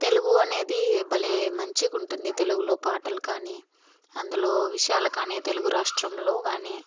తెలుగు అనేది భలే మంచిగుంటుంది తెలుగులో పాటలుకానీ అందులో విషయాలు కానీ తెలుగురాష్ట్రంలో కానీ